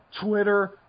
Twitter